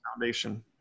foundation